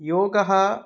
योगः